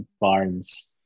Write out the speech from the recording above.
Barnes